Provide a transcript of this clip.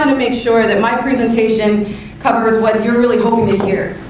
make sure that my presentation covers what you're really hoping to hear.